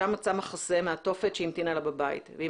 שם מצאה מחסה מהתופת שהמתינה לה בבית והיא